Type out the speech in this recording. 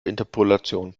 interpolation